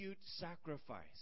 sacrifice